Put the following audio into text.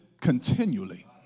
Continually